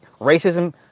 racism